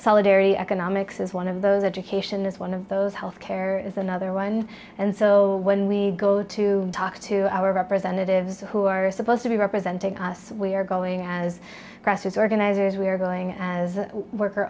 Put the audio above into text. solidarity economics is one of those education is one of those health care is another one and so when we go to talk to our representatives who are supposed to be representing us we are going as grassroots organizers we are going as worker